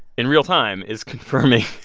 in real time is confirming.